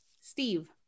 Steve